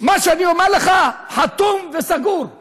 מה שאני אומר לך חתום וסגור.